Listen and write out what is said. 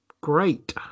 great